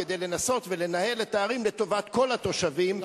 כדי לנסות ולנהל את הערים לטובת כל התושבים,